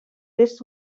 this